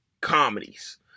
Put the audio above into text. comedies